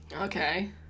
Okay